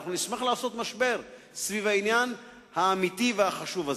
אנחנו נשמח לעשות משבר סביב העניין האמיתי והחשוב הזה.